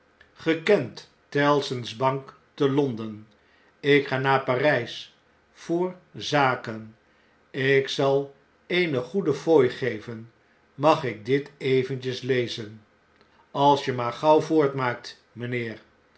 tellson's bank te l o n d e n ik ga naar p a r jj s voor za ken ik zal u eene goede fooi geven mag ik dit eventjes lezen a als je maar gauw voortmaakt